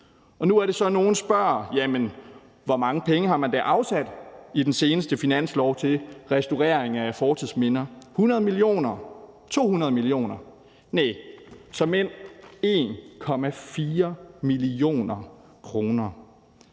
Nu er det så, at nogen spørger: Jamen hvor mange penge har man da afsat i den seneste finanslov til restaurering af fortidsminder? Er det 100 mio, kr., 200 mio. kr.?